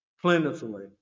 plentifully